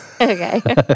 Okay